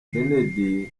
kennedy